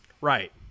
right